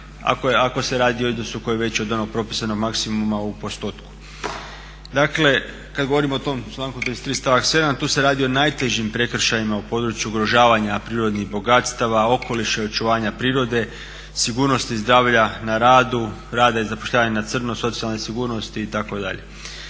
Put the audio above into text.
ako se radi o iznosu koji je veći od onog propisanog maksimuma u postotku. Dakle, kad govorimo o tom članku 33.stavak 7.tu se radi o najtežim prekršajima u području ugrožavanja prirodnih bogatstava, okoliša i očuvanja prirode, sigurnosti i zdravlja na radu, rada i zapošljavanja na crno, socijalne sigurnosti itd.